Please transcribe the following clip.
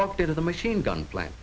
walked into the machine gun plant